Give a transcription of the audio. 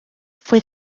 fue